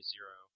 Zero